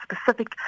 specific